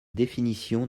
définition